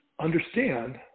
understand